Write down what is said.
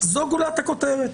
זו גולת הכותרת.